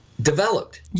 developed